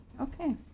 Okay